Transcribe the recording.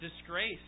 disgrace